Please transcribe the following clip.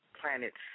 planets